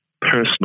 personal